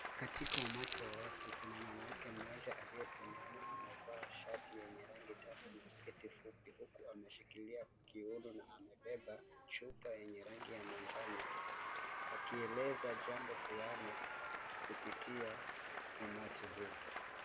Katika umati wa watu kuna mwanamke mmoja aliyesimama. Amevaa shati yenye rangi tatu na sketi fupi, huku ameshikilia kiuno na amebeba chupa yenye rangi ya majano. Akieleza jambo fulani kupitia umati huu.